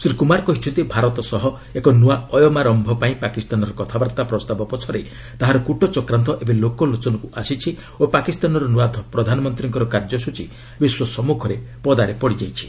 ଶ୍ରୀ କୁମାର କହିଛନ୍ତି ଭାରତ ସହ ଏକ ନୂଆ ଅୟମାରମ୍ଭ ପାଇଁ ପାକିସ୍ତାନର କଥାବାର୍ତ୍ତା ପ୍ରସ୍ତାବ ପଛରେ ତାହାର କୃଟଚକ୍ରାନ୍ତ ଏବେ ଲୋକଲୋଚନକୁ ଆସିଛି ଓ ପାକିସ୍ତାନର ନୂଆ ପ୍ରଧାନମନ୍ତ୍ରୀଙ୍କର କାର୍ଯ୍ୟସ୍ଟଚୀ ବିଶ୍ୱ ସମ୍ମୁଖରେ ପଦାରେ ପଡ଼ିଛି